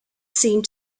seemed